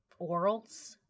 orals